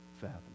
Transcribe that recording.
fathom